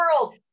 world